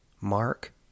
mark